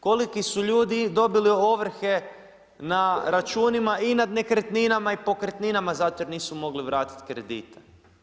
Koliki su ljudi dobili ovrhe na računima i nad nekretninama i pokretninama zato jer nisu mogli vratiti kredite.